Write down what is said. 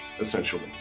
essentially